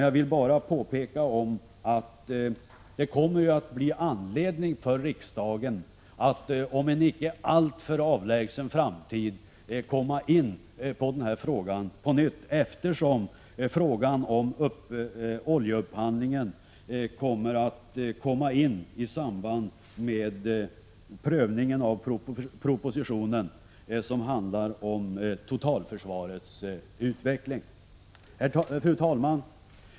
Jag vill bara påminna om att riksdagen kommer att få anledning att inom en icke alltför avlägsen framtid diskutera denna fråga på nytt, eftersom frågan om oljeupphandlingen kommer att tas upp i samband med prövningen av den proposition som handlar om totalförsvarets utveckling. Fru talman!